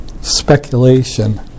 Speculation